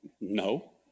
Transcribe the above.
No